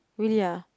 really ah